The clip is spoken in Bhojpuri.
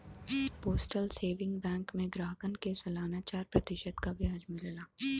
पोस्टल सेविंग बैंक में ग्राहकन के सलाना चार प्रतिशत क ब्याज मिलला